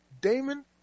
Damon